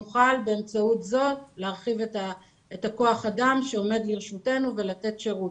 נוכל באמצעות זאת להרחיב את כוח האדם שעומד לרשותנו ולתת שירות.